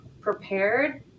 prepared